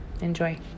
enjoy